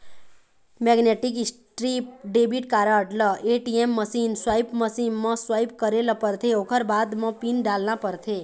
magnetic strip debit card ल ATM machine, swipe machine म swipe करे ल परथे ओखर बाद म पिन डालना परथे